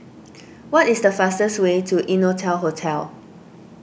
what is the fastest way to Innotel Hotel